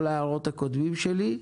כל ההערות הקודמות שלי,